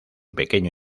pequeño